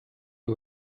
you